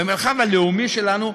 במרחב הלאומי שלנו,